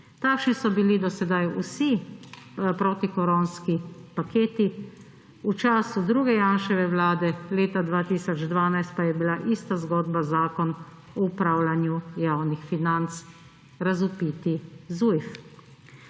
Takšni so bili do sedaj vsi protikoronski paketi. V času druge Janševe vlade leta 20112 pa je bila ista zgodba Zakon o upravljanju javnih financ, razvpiti Zujf.